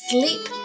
Sleep